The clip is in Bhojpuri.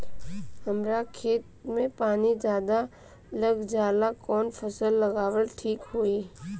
हमरा खेत में पानी ज्यादा लग जाले कवन फसल लगावल ठीक होई?